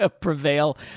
prevail